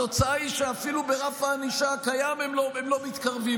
התוצאה היא שאפילו לרף הענישה הקיים הם לא מתקרבים,